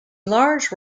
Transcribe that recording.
large